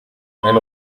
ein